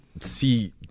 see